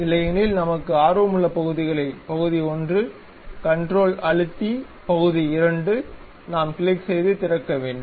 இல்லையெனில் நமக்கு ஆர்வமுள்ள பகுதிகளை பகுதி 1 கன்ட்ரோல் அழுத்தி பகுதி 2 இல் நாம் கிளிக் செய்து திறக்க வேண்டும்